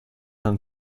d’un